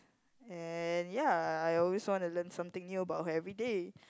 and ya I always want to learn something new about her everyday